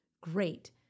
Great